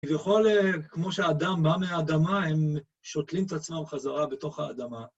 ובכל כמו שהאדם בא מהאדמה, הם שותלים את עצמם חזרה בתוך האדמה.